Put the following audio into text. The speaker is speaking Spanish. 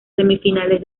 semifinales